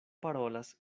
parolas